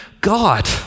God